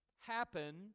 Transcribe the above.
happen